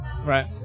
right